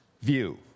view